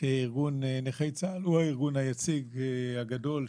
שארגון נכי צה"ל הוא הארגון היציג הגדול,